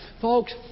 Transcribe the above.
Folks